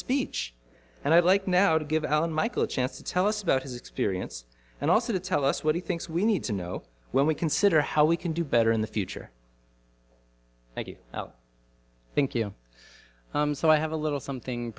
speech and i'd like now to give alan michael a chance to tell us about his experience and also to tell us what he thinks we need to know when we consider how we can do better in the future thank you thank you so i have a little something